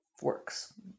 works